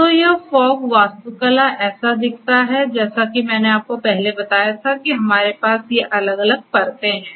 तो यह फॉग वास्तुकला ऐसा दिखता है जैसा कि मैंने आपको पहले बताया था कि हमारे पास ये अलग अलग परतें हैं